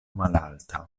malalta